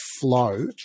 flow